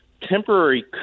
temporary